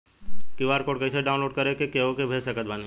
QR code कइसे download कर के केहु के भेज सकत बानी?